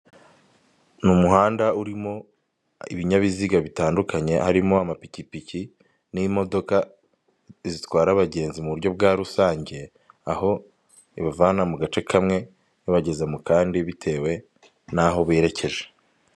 Ni umuhanda urimo ibinyabiziga bitandukanye, harimo amapikipiki n'imodoka zitwara abagenzi mu buryo bwa rusange, aho ibavana mu gace kamwe ibageza mu kandi bitewe naho berekeje.